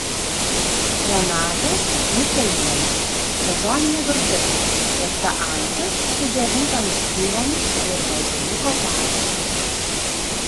renatos ničajienės sezoninė virtuvė kepta antis su džiovintomis slyvomis ir balzamiko padažu